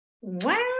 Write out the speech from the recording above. wow